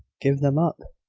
give them up!